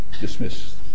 dismiss